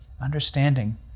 understanding